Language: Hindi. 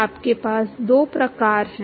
आपके पास दो प्रकार हैं